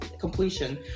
completion